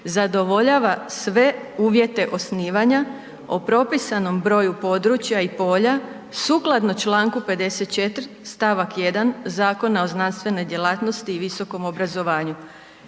zadovoljava sve uvjete osnivanja o propisanom broju područja i polja sukladno Članku 54. stavak 1. Zakona o znanstvenoj djelatnosti i visokom obrazovanju.